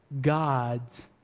God's